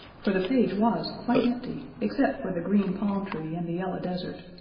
for the page was quite empty except for the green palm tree and the yellow desert,